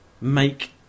Make